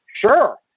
sure